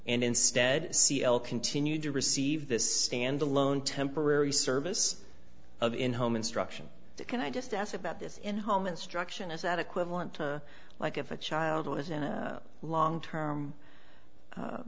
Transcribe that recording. and instead c l continued to receive this standalone temporary service of in home instruction can i just ask about this in home instruction is that equivalent to like if a child was in a long term